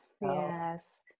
Yes